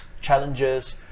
challenges